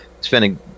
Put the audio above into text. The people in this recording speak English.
spending